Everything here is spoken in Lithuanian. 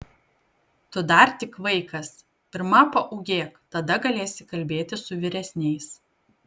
tu dar tik vaikas pirma paūgėk tada galėsi kalbėti su vyresniais